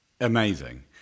amazing